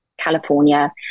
california